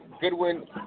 Goodwin